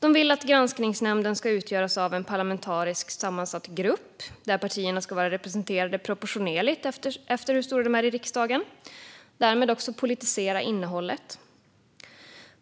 De vill att granskningsnämnden ska utgöras av en parlamentariskt sammansatt grupp där partierna ska vara representerade proportionerligt efter hur stora de är i riksdagen. Därmed vill man också politisera innehållet.